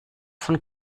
von